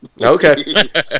Okay